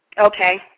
okay